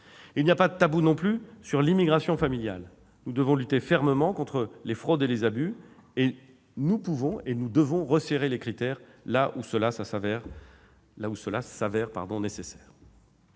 Il n'y a pas de tabou non plus sur l'immigration familiale : nous lutterons fermement contre les fraudes et les abus. Nous pouvons et nous devons resserrer les critères là où cela se révèle nécessaire.